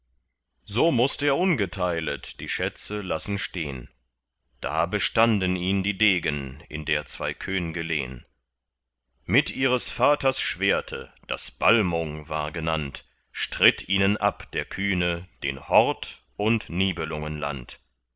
so mußt er ungeteilet die schätze lassen stehn da bestanden ihn die degen in der zwei könge lehn mit ihres vaters schwerte das balmung war genannt stritt ihnen ab der kühne den hort und